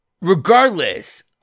Regardless